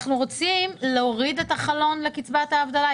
אנחנו רוצים להוריד את החלון לקצבת האבטלה,